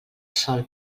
sòl